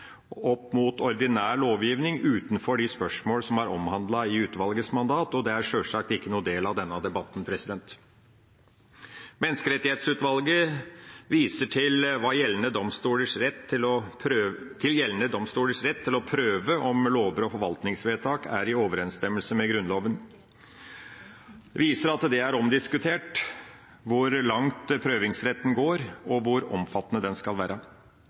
opp mot ordinær lovgivning utenfor de spørsmål som er omhandlet i utvalgets mandat. Dette er sjølsagt ikke noen del av denne debatten. Menneskerettighetsutvalget viser til at hva gjelder domstolenes rett til å prøve om lover og forvaltningsvedtak er i overensstemmelse med Grunnloven, er det omdiskutert hvor langt prøvingsretten går, og hvor omfattende den skal være.